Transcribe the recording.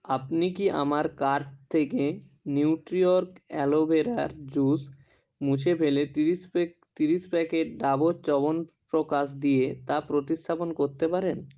আপনি কি আমার কার্ট থেকে নিউট্রিওর্গ অ্যালোভেরার জুস মুছে ফেলে ত্রিশ প্যাক ত্রিশ প্যাকেট ডাবর চ্যবনপ্রকাশ দিয়ে তা প্রতিস্থাপন করতে পারেন